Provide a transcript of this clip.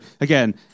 again